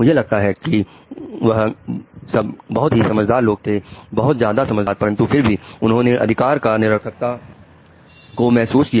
मुझे लगता है कि वह सब बहुत ही समझदार लोग थे बहुत ज्यादा समझदार परंतु फिर भी उन्होंने अधिकार की निरर्थकता को महसूस किया